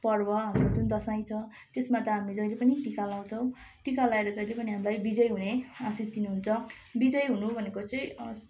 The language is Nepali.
पर्व हाम्रो जुन दसैँ छ त्यसमा त हामीले जहिले पनि टिका लगाउँछौँ टिका लगाएर जहिले पनि हामीलाई विजय हुने आशीष दिनुहुन्छ विजय हुनु भनेको चाहिँ